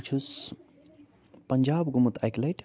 بہٕ چھُس پنٛجاب گوٚمُت اَکہِ لٹہِ